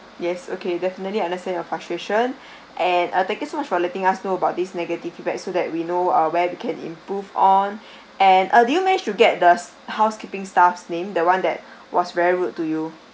yes okay definitely understand your frustration and uh thank you so much for letting us know about these negative feedback so that we know where we can improve on and uh do you managed to get the housekeeping staff name the one that was very rude to you